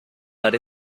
dar